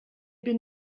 been